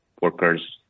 workers